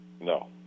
No